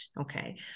okay